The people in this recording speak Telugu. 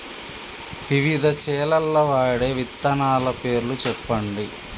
వివిధ చేలల్ల వాడే విత్తనాల పేర్లు చెప్పండి?